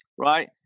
right